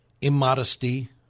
immodesty